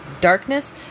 darkness